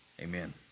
Amen